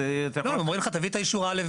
הם אומרים לך תביא האישור א',